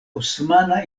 osmana